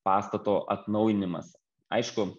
pastato atnaujinimas aišku